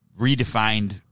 redefined